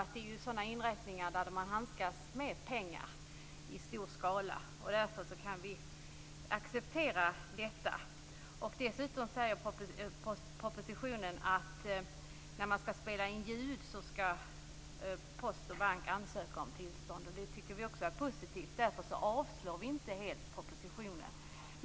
Det är inrättningar där man handskas med pengar i stor skala, och därför accepterar vi det. Dessutom sägs det i propositionen att post och bankkontor skall ansöka om tillstånd om de vill spela in ljud. Det tycker vi också är positivt, och därför avstyrker vi inte helt propositionen.